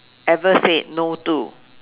ever said no to